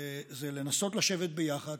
זה לנסות לשבת ביחד,